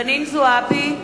חנין זועבי,